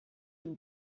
your